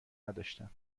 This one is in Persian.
نداشتم